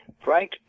Frank